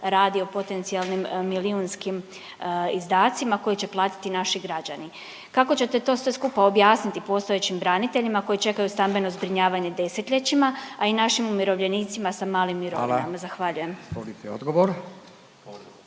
radi o potencijalnim milijunskim izdacima koje će platiti naši građani. Kako ćete to sve skupa objasniti postojećim braniteljima koji čekaju stambeno zbrinjavanje desetljećima, a i našim umirovljenicima sa malim mirovinama? Zahvaljujem. **Radin, Furio